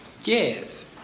Yes